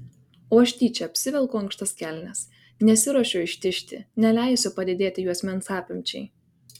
o aš tyčia apsivelku ankštas kelnes nesiruošiu ištižti neleisiu padidėti juosmens apimčiai